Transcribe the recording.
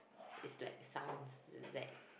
is like sounds Z